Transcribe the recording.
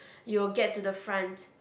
you'll get to the front